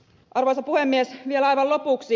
arvoisa puhemies vielä aivan lopuksi